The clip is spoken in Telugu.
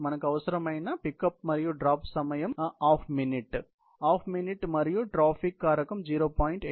మనకు అవసరమైన పికప్ మరియు డ్రాప్ సమయం సగం నిమిషం అర నిమిషం మరియు ట్రాఫిక్ కారకం 0